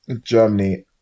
Germany